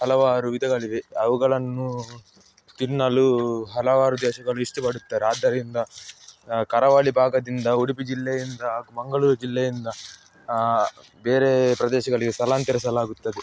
ಹಲವಾರು ವಿಧಗಳಿವೆ ಅವುಗಳನ್ನು ತಿನ್ನಲು ಹಲವಾರು ದೇಶಗಳು ಇಷ್ಟಪಡುತ್ತಾರೆ ಆದ್ದರಿಂದ ಕರಾವಳಿ ಭಾಗದಿಂದ ಉಡುಪಿ ಜಿಲ್ಲೆಯಿಂದ ಹಾಗು ಮಂಗಳೂರು ಜಿಲ್ಲೆಯಿಂದ ಬೇರೆ ಪ್ರದೇಶಗಳಿಗೆ ಸ್ಥಳಾಂತರಿಸಲಾಗುತ್ತದೆ